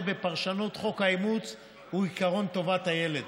בפרשנות חוק האימוץ הוא עקרון טובת הילד.